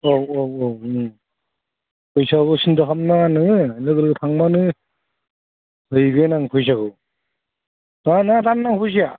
औ औ औ फैसाखौ सिनथा खालामनाङा नोङो लोगो लोगो थांबानो हैगोन आं फैसाखौ ना दानो नांगौ फैसाया